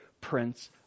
Prince